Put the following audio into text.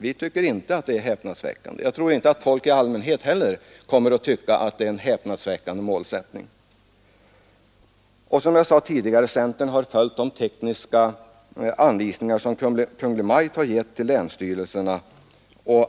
Vi tycker inte att det är häpnadsväckande, och jag tror inte att folk i allmänhet heller kommer att tycka att det är en häpnadsväckande målsättning. Och som jag sade tidigare har centern följt de tekniska anvisningar, som Kungl. Maj:t har gett till länstyrelserna.